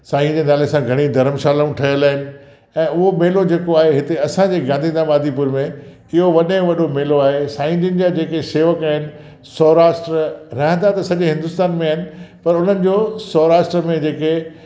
साईंअ जे नाले सां घणेई धर्मशालाऊं ठहियलु आहिनि ऐं उहो मेलो जेको आहे हिते असांजे गांधीधाम आदिपुर में इहो वॾे में वॾो मेलो आहे साईं जन जा जेके सेवक आहिनि सौराष्ट्र रहंदा त सॼे हिन्दुस्तान में आहिनि पर उन्हनि जो सौराष्ट्र में जेके